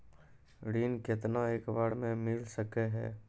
ऋण केतना एक बार मैं मिल सके हेय?